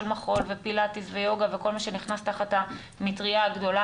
של מחול ופילטיס ויוגה וכל מה שנכנס תחת המטרייה הגדולה